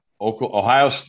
Ohio